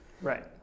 Right